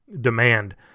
demand